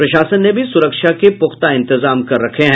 प्रशासन ने भी सुरक्षा का पुख्ता इंतजाम कर रखा है